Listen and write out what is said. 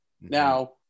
Now